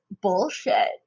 bullshit